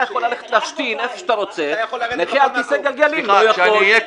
אתה יכול ללכת להשתין איפה שאתה רוצה ואילו נכה על כיסא גלגלים לא יכול.